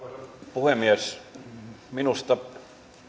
puhemies minusta